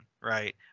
right